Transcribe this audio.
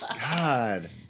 God